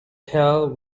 hill